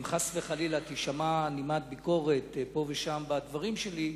אם חס וחלילה תישמע נימת ביקורת פה ושם בדברים שלי,